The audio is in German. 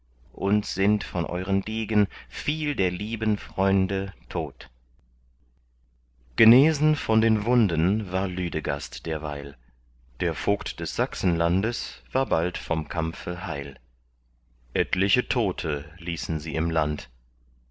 uns sind von euern degen viel der lieben freunde tot genesen von den wunden war lüdegast derweil der vogt des sachsenlandes war bald vom kampfe heil etliche tote ließen sie im land